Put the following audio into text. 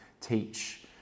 teach